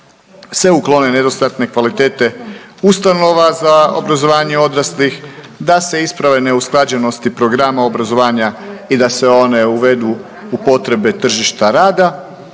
se uklone nedostatne kvalitete ustanova za obrazovanje odraslih, da se isprave neusklađenosti programa obrazovanja i da se one uvedu u potrebe tržišta rada,